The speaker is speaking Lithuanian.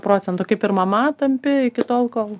procentų kaip ir mama tampi iki tol kol